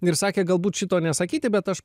ir sakė galbūt šito nesakyti bet aš